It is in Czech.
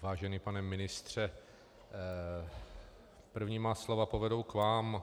Vážený pane ministře, první má slova povedou k vám.